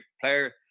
player